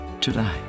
today